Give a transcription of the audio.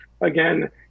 again